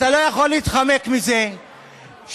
אתה לא יכול להתחמק מזה שאתה